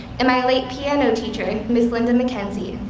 and my late piano teacher, and ms. linda mckenzie,